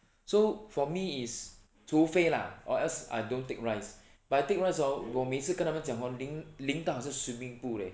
so for me is 除非 lah or else I don't take rice but I take rice hor 我每次跟他们讲 hor 淋淋到好像 swimming pool leh